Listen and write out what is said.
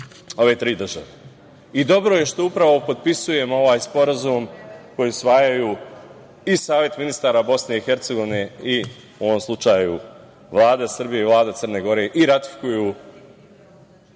države. Dobro je što upravo potpisujemo ovaj Sporazum koji usvajaju i Savet ministara Bosne i Hercegovine i, u ovom slučaju Vlada Srbije i Vlada Crne Gore, i ratifikuju